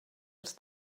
els